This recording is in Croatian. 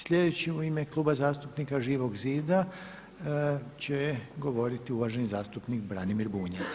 Sljedeći u ime Kluba zastupnika Živog zida će govoriti uvaženi zastupnik Branimir Bunjac.